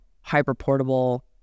hyper-portable